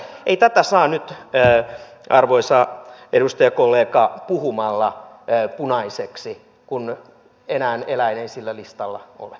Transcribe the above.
ei tätä saa nyt arvoisa edustajakollega puhumalla punaiseksi kun enää eläin ei sillä listalla ole